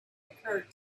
occurred